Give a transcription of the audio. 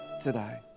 today